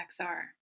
XR